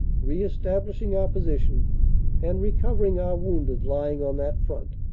re-establishing our position and recovering our wounded lying on that front.